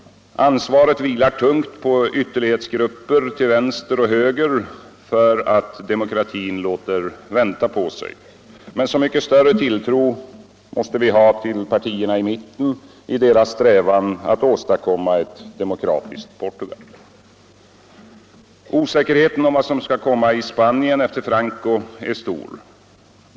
Ansvaret vilar tungt på ytterlighetsgrupper till vänster och höger för att demokratin låter vänta på sig, men så mycket större tilltro måste vi ha till partierna i mitten i deras strävan att åstadkomma ett demokratiskt Portugal. Osäkerheten om vad som skall komma i Spanien efter Franco är stor.